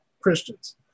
Christians